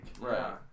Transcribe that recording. Right